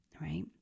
right